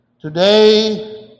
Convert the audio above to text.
Today